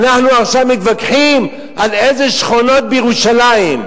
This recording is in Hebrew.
עכשיו אנחנו מתווכחים על איזה שכונות בירושלים.